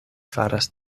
faras